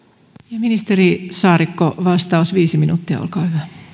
ja ministeri saarikko vastaus viisi minuuttia olkaa